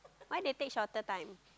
why they take shorter time